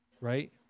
right